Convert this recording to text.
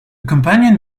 companion